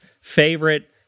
favorite